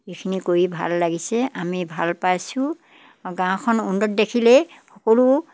এইখিনি কৰি ভাল লাগিছে আমি ভাল পাইছোঁ গাঁওখন উন্নত দেখিলেই সকলো